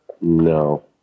No